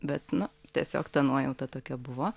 bet nu tiesiog ta nuojauta tokia buvo